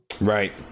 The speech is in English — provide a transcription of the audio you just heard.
Right